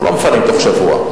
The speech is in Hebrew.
אנחנו לא מפנים בתוך שבוע.